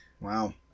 wow